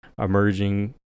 emerging